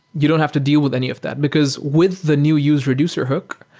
you don't have to deal with any of that because with the new usereducer hook,